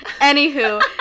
anywho